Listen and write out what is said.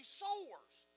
sowers